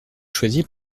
choisi